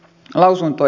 lausunto